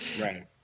Right